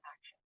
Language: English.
Action